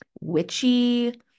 witchy